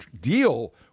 deal